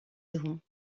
irons